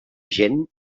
gent